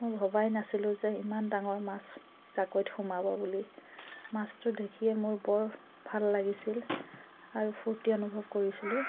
মই ভবাই নাছিলোঁ যে ইমান ডাঙৰ মাছ জাকৈত সোমাব বুলি মাছটো দেখিয়েই মোৰ বৰ ভাল লাগিছিল আৰু ফূৰ্তি অনুভৱ কৰিছিলোঁ